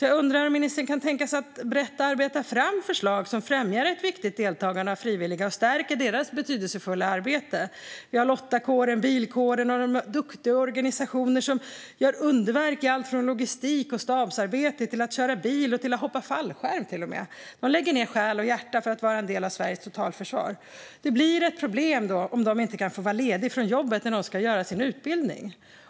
Jag undrar om ministern kan tänka sig att brett arbeta fram förslag som främjar ett viktigt deltagande av frivilliga och stärker deras betydelsefulla arbete. Vi har lottakåren, Bilkåren och andra duktiga organisationer som gör underverk när det gäller alltifrån logistik och stabsarbete till att köra bil och att hoppa fallskärm. De frivilliga lägger ned själ och hjärta för att vara en del av Sveriges totalförsvar. Det blir ett problem om de inte kan få vara lediga från jobbet när de ska genomgå sin utbildning.